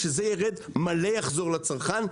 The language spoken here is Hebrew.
כשזה ירד, מלא יחזור לצרכן.